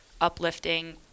uplifting